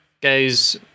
goes